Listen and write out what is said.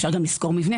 אפשר גם לשכור מבנה,